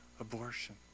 abortion